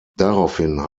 daraufhin